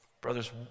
Brothers